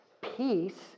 Peace